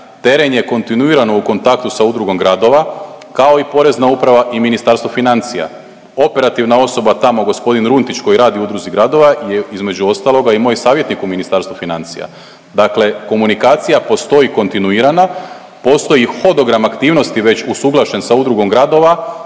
teren je kontinuirano u kontaktu sa Udrugom gradova, kao i Porezna uprava i Ministarstvo financija. Operativna osoba tamo g. Runtić koji radi u Udruzi gradova je između ostaloga i moj savjetnik u Ministarstvu financija, dakle komunikacija postoji kontinuirana, postoji hodogram aktivnosti već usuglašen sa Udrugom gradova